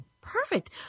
Perfect